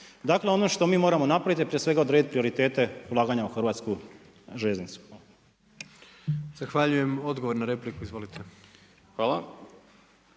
Dakle ono što mi moramo napraviti je prije svega odrediti prioritete ulaganja u HŽ. Hvala. **Jandroković, Gordan (HDZ)** Zahvaljujem. Odgovor na repliku izvolite.